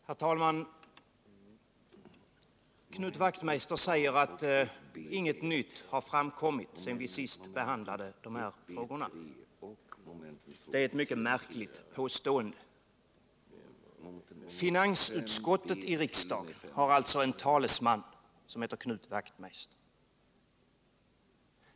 Herr talman! Knut Wachtmeister säger att inget nytt har framkommit sedan vi senast behandlade dessa frågor. Det är ett mycket märkligt påstående. Finansutskottet har alltså en talesman som heter Knut Wachtmeister.